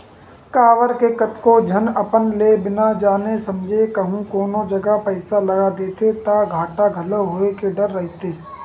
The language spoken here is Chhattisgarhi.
काबर के कतको झन अपन ले बिना जाने समझे कहूँ कोनो जगा पइसा लगा देथे ता घाटा घलो होय के डर रहिथे